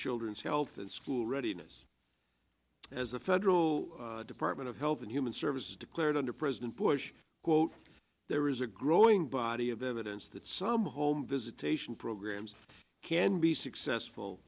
children's health and school readiness as the federal department of health and human services declared under president bush quote there is a growing body of evidence that some home visitation programs can be